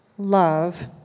love